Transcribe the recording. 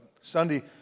Sunday